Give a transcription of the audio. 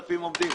3,000 עובדים.